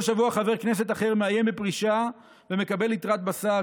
כל שבוע חבר כנסת אחר מאיים בפרישה ומקבל ליטרת בשר.